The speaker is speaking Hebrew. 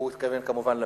והוא התכוון כמובן למצרים,